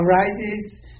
arises